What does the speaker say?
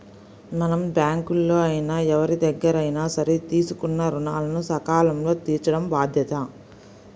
మనం బ్యేంకుల్లో అయినా ఎవరిదగ్గరైనా సరే తీసుకున్న రుణాలను సకాలంలో తీర్చటం బాధ్యత